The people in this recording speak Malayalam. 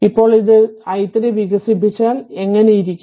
ഇപ്പോൾ ഇത് i3 വികസിപ്പിച്ചാൽ അത് എങ്ങനെയിരിക്കും